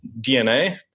DNA